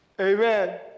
Amen